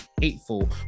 hateful